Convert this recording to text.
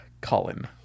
Colin